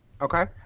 Okay